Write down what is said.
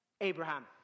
Abraham